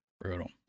Brutal